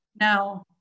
Now